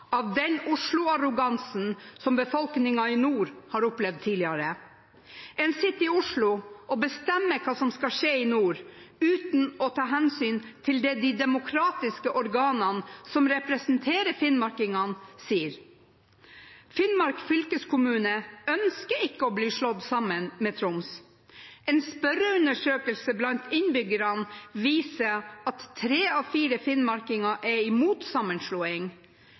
av den Oslo-arrogansen som befolkningen i nord har opplevd tidligere. En sitter i Oslo og bestemmer hva som skal skje i nord, uten å ta hensyn til det de demokratiske organene som representerer finnmarkingene, sier. Finnmark fylkeskommune ønsker ikke å bli slått sammen med Troms. En spørreundersøkelse blant innbyggerne viser at tre av fire finnmarkinger er imot sammenslåing.